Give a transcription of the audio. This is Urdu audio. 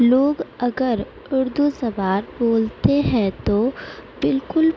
لوگ اگر اردو زبان بولتے ہیں تو بالکل